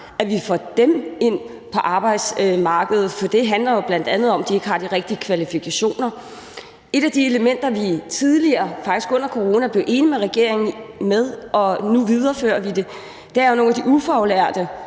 at vi får dem ind på arbejdsmarkedet, for det handler jo bl.a. om, at de ikke har de rigtige kvalifikationer. Et af de elementer, vi tidligere, faktisk under corona, blev enige med regeringen om, og som vi nu viderefører, er jo, at nogle af de ufaglærte,